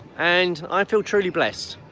and i feel truly blessed.